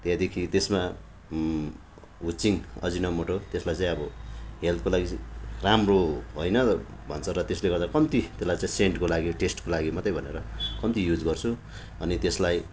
त्यहाँदेखि तेसमा हुचिङ अजिना मोटो त्यसलाई अब हेल्थको लागि चाहिँ राम्रो होइन भन्छ र त्यसले गर्दा कम्ती त्यसलाई सेन्टको लागि टेस्टको लागि मात्र भनेर कम्ती युज गर्छु अनि त्यसलाई